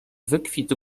wykwit